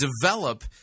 develop